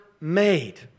made